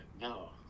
no